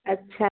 अच्छा